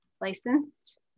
licensed